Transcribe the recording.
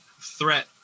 threat